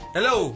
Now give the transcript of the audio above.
Hello